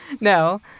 No